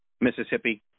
Mississippi